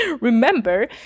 Remember